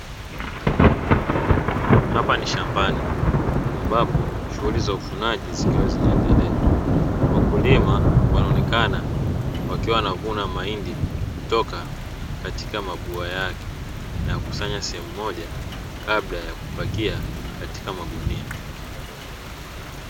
Hapa ni shambani, ambapo shughuli za uvunaji zikiwa zinaendelea. Wakulima wanaonekana wakiwa wanavuna mahindi, kutoka katika mabua yake na kuyakusanya sehemu moja kabla ya kupakia katika magunia.